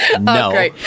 No